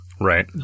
Right